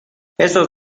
estos